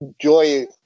joy